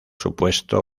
supuesto